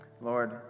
Lord